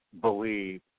believe